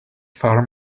farm